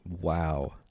Wow